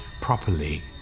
properly